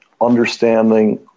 understanding